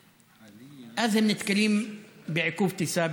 ואז הם נתקלים בעיכוב טיסה,